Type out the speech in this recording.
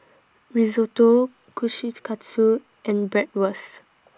Risotto Kushikatsu and Bratwurst